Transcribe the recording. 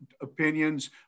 opinions